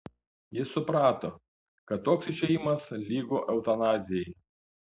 jis suprato kad toks išėjimas lygu eutanazijai